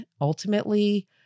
ultimately